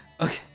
Okay